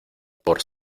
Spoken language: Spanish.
por